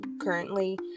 currently